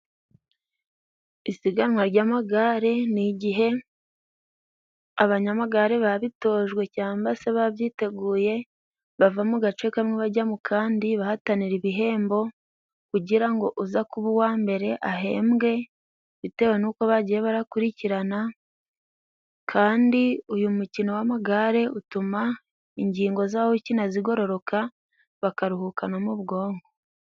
Isiganwa ry'amagare ni igihe abanyamagare babitojwe cyangwa se babyiteguye, bava mu gace kamwe bajya mu kandi bahatanira ibihembo, kugira ngo uza kuba uwa mbere ahembwe bitewe n'uko bagiye barakurikirana. Kandi uyu mukino w'amagare utuma ingingo z'abawukina zigororoka bakaruhuka no mu bwonko.